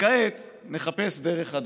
וכעת נחפש דרך חדשה".